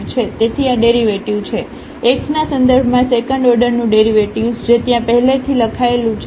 તેથી આ ડેરિવેટિવ છે x ના સંદર્ભમાં સેકન્ડ ઓર્ડરનું ડેરિવેટિવ્ઝ જે ત્યાં પહેલાથી લખાયેલું છે